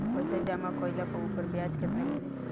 पइसा जमा कइले पर ऊपर ब्याज केतना मिली?